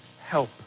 help